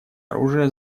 оружие